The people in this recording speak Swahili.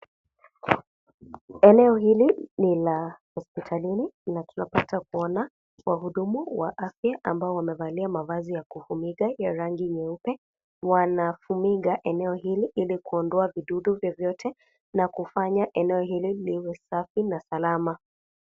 Eneo hili ni la hospitalini na tunapata kuona wahudumu wa afya ambao wamevalia mavazi ya kufunika ya rangi nyeupe wanafumiga eneo hili ili kuondoa vidudu vyovyote na kufanya eneo hili liwe safi na salama.